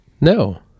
no